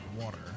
water